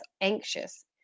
anxious